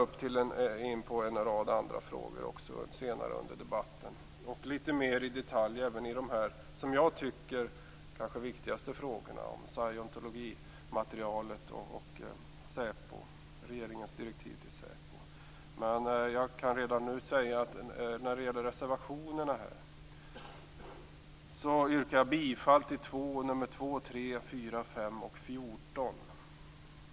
Jag kommer in på en rad andra frågor senare under debatten. Jag går in litet mer i detalj på de frågor som jag tycker är viktigast, t.ex. om scientologmaterialet och regeringens direktiv till säpo. Jag kan redan nu säga att jag yrkar bifall till reservation nr 2, 3, 4, 5 och 14.